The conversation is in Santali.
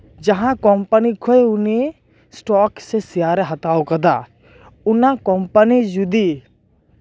ᱡᱟᱦᱟᱸ ᱠᱳᱢᱯᱟᱱᱤ ᱠᱷᱚᱱ ᱩᱱᱤ ᱥᱴᱚᱠ ᱥᱮ ᱥᱮᱭᱟᱨᱮᱭ ᱦᱟᱛᱟᱣ ᱠᱟᱫᱟ ᱚᱱᱟ ᱠᱳᱢᱯᱟᱱᱤ ᱡᱩᱫᱤ